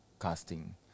casting